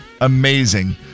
amazing